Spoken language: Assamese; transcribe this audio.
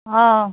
অঁ